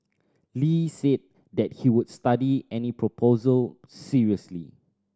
Lee said that he would study any proposal seriously